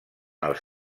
els